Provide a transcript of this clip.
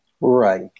Right